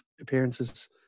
appearances